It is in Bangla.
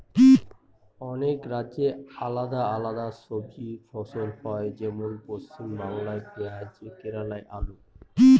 অনেক রাজ্যে আলাদা আলাদা সবজি ফসল হয়, যেমন পশ্চিমবাংলায় পেঁয়াজ কেরালায় আলু